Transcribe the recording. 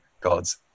God's